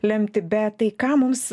lemti bet tai ką mums